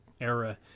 era